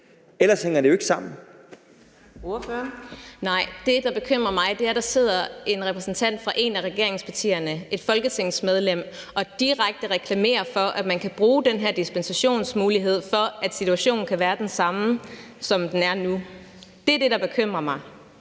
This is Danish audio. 15:20 Susie Jessen (DD): Nej. Det, der bekymrer mig, er, at der sidder en repræsentant for et af regeringspartierne, et folketingsmedlem, og direkte reklamerer for, at man kan bruge den her dispensationsmulighed til at få situationen til at være den samme, som den er nu. Det, der bekymrer mig,